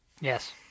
Yes